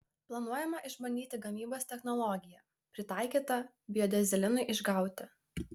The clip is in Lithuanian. planuojama išbandyti gamybos technologiją pritaikytą biodyzelinui išgauti